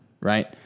right